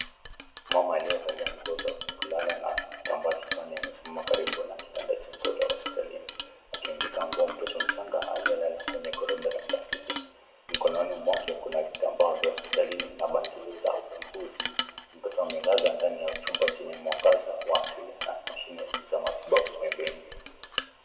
Mama aliyevalia nguo za kulala na kitambaa kichwani amesimama karibu na kitanda cha mtoto hospitaliakiambika nguo kwennye mtoto mchanga aliyelala kwenye goroda la plastiki. Mikononi mwake ako na kitambaa na bangili za utumbuzi. Mtoto amelazwa katika kitanda cha mwangaza asili na mashini za matibabu pembeni.